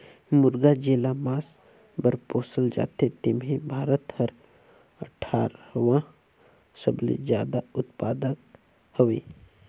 मुरगा जेला मांस बर पोसल जाथे तेम्हे भारत हर अठारहवां सबले जादा उत्पादक हवे